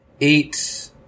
Eight